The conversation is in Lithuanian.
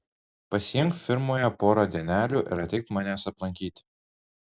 pasiimk firmoje porą dienelių ir ateik manęs aplankyti